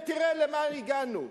ותראה למה הגענו.